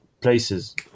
places